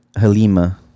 Halima